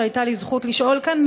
שהייתה לי זכות לשאול כאן,